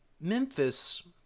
Memphis